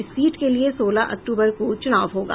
इस सीट के लिये सोलह अक्टूबर को चुनाव होगा